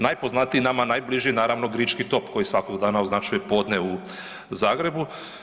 Najpoznatiji je nama i najbliži naravno Grički top koji svakog dana označuje podne u Zagrebu.